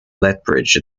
lethbridge